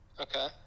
Okay